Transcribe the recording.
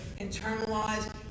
internalize